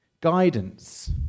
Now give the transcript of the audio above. Guidance